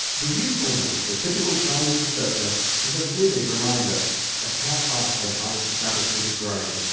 the youthfulness of the typical chinese researcher is a vivid reminder of how fast their science establishment is growing,